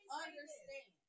understand